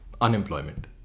unemployment